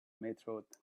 meteorite